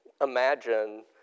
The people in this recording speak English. imagine